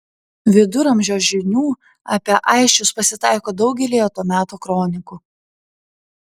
viduramžio žinių apie aisčius pasitaiko daugelyje to meto kronikų